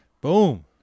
Boom